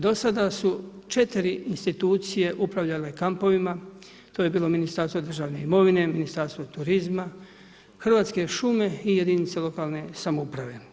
Do sada su četiri institucije upravljale kampovima, to je bilo Ministarstvo državne imovine, Ministarstvo turizma, Hrvatske šume i jedinice lokalne samouprave.